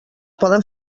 poden